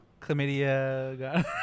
chlamydia